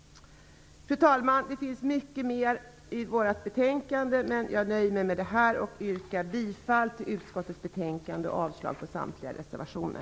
Fru talman! Det finns mycket mer i betänkandet, men jag nöjer mig med detta och yrkar bifall till utskottets hemställan och avslag på samtliga reservationer.